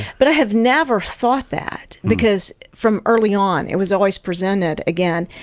but i have never thought that, because from early on, it was always presented, again,